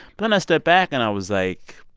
but then i stepped back, and i was like,